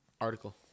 article